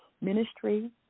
Ministry